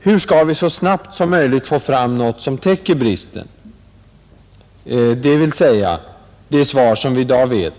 Hur skall vi så snabbt som möjligt få fram något som täcker bristen? Svaret vet vi alla i dag.